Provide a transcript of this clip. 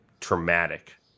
traumatic